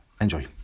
Enjoy